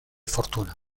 fortuna